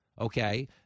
okay